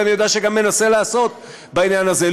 ואני יודע שגם מנסה לעשות בעניין הזה,